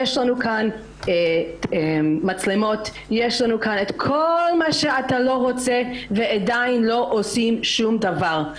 יש לנו מצלמות וכל מה שאתה רוצה ועדיין לא עושים שום דבר.